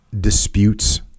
disputes